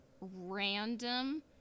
random